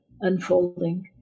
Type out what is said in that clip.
unfolding